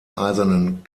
eisernen